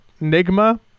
Enigma